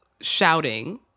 shouting